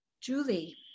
Julie